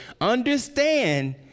understand